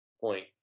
point